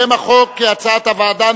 שם החוק כהצעת הוועדה,